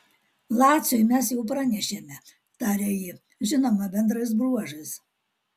laciui mes jau pranešėme tarė ji žinoma bendrais bruožais